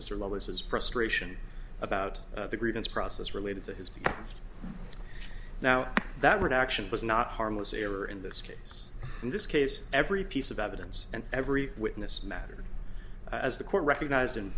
mr lewis is frustration about the grievance process related to his now that reaction was not harmless error in this case in this case every piece of evidence and every witness mattered as the court recognized and